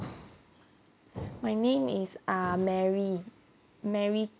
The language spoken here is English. my name is ah mary mary